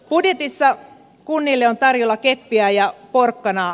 budjetissa kunnille on tarjolla keppiä ja porkkanaa